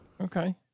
Okay